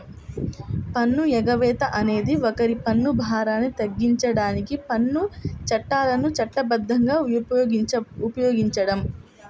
పన్ను ఎగవేత అనేది ఒకరి పన్ను భారాన్ని తగ్గించడానికి పన్ను చట్టాలను చట్టబద్ధంగా ఉపయోగించడం